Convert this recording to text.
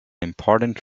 important